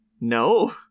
no